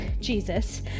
Jesus